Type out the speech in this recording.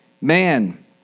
man